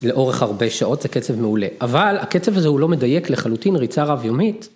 לאורך הרבה שעות זה קצב מעולה, אבל הקצב הזה הוא לא מדייק לחלוטין ריצה רב יומית.